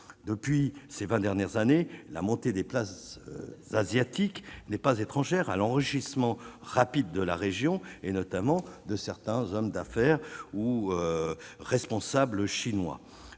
depuis ces 20 dernières années, la montée des places asiatiques n'est pas étrangère à l'enrichissement rapide de la région, et notamment de certains hommes d'affaires ou responsables chinois